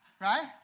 Right